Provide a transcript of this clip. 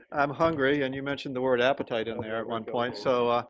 i'm hungry. and you mentioned the word appetite in there at one point. so, ah